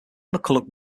mcculloch